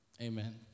Amen